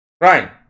Ryan